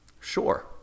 Sure